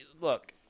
Look